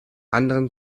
anderen